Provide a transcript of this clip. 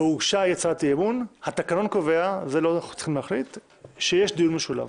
והוגשה הצעת אי-אמון, התקנון קובע שיש דיון משולב.